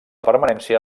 permanència